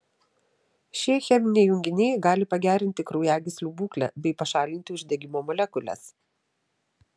šie cheminiai junginiai gali pagerinti kraujagyslių būklę bei pašalinti uždegimo molekules